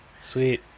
Sweet